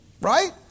Right